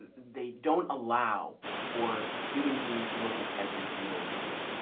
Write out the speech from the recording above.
they don't allow for human beings to look at every single review.